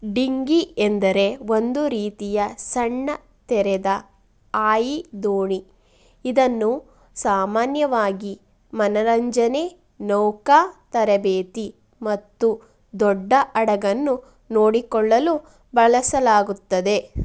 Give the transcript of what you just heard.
dinghy ಎಂದರೆ ಒಂದು ರೀತಿಯ ಸಣ್ಣ ತೆರೆದ ಹಾಯಿದೋಣಿ ಇದನ್ನು ಸಾಮಾನ್ಯವಾಗಿ ಮನೋರಂಜನೆ ನೌಕಾ ತರಬೇತಿ ಮತ್ತು ದೊಡ್ಡ ಹಡಗನ್ನು ನೋಡಿಕೊಳ್ಳಲು ಬಳಸಲಾಗುತ್ತದೆ